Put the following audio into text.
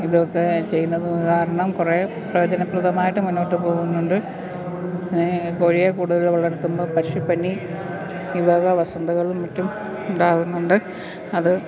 ഇതൊക്കെ ചെയ്യുന്നത് കാരണം കുറേ പ്രയോജനപ്രദമായിട്ട് മുന്നോട്ട് പോകുന്നുണ്ട് കോഴിയെ കൂടുതൽ വളർത്തുമ്പോൾ പശു പനി ഈവക വസന്തകളും മറ്റും ഉണ്ടാകുന്നുണ്ട് അത്